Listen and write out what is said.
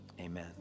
amen